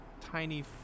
tiny